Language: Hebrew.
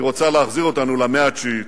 היא רוצה להחזיר אותנו למאה התשיעית.